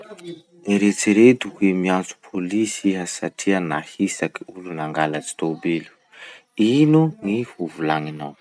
Eritsereto hoe miantso polisy iha satria nahitsaky olo nangalatsy tobily. Ino gny ho volagninao?